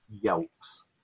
yelps